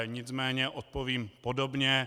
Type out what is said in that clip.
Nicméně odpovím podobně.